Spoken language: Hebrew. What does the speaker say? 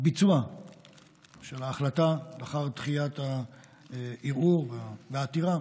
הביצוע של ההחלטה לאחר דחיית הערעור בעתירה,